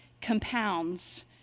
compounds